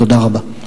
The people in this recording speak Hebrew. תודה רבה.